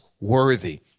worthy